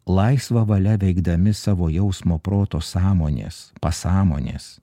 laisva valia veikdami savo jausmo proto sąmonės pasąmonės